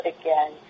again